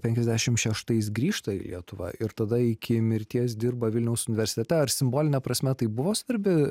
penkiasdešim šeštais grįžta į lietuvą ir tada iki mirties dirba vilniaus universitete ar simboline prasme tai buvo svarbi